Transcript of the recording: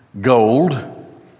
gold